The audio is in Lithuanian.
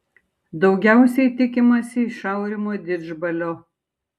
daugiausiai tikimasi iš aurimo didžbalio